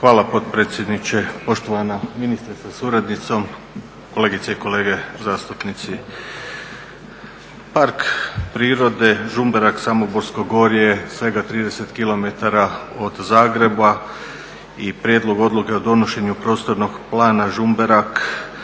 Hvala potpredsjedniče, poštovani ministre sa suradnicom, kolegice i kolege zastupnici. Park prirode Žumberak, Samoborsko gorje je svega 30 kilometara od Zagreba i Prijedlog odluke o donošenju Prostornog plana Žumberak